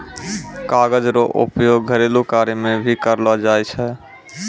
कागज रो उपयोग घरेलू कार्य मे भी करलो जाय छै